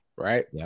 Right